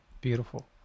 beautiful